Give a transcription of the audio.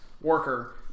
worker